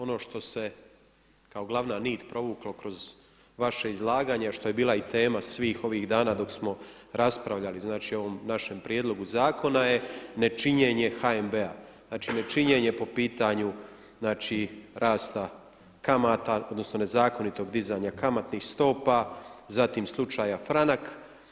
Ono što se kao glavna nit provuklo kroz vaše izlaganje, a što je bila i tema svih ovih dana dok smo raspravljali znači o ovom našem prijedlogu zakona je nečinjenje HNB-a, znači nečinjenje po pitanju znači rasta kamata, odnosno nezakonitog dizanja kamatnih stopa, zatim slučaja franak.